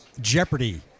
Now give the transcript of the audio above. Jeopardy